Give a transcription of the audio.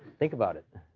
think about it.